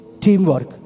teamwork